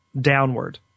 downward